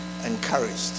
encouraged